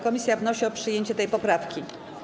Komisja wnosi o przyjęcie tej poprawki.